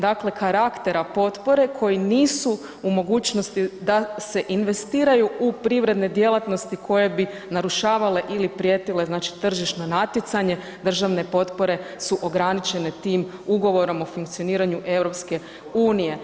Dakle, karaktera potpore koji nisu u mogućnosti da se investiraju u privredne djelatnosti koje bi narušavale ili prijetile, znači tržišna natjecanje državne potpore su ograničene tim ugovorom o funkcioniranju EU.